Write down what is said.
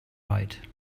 right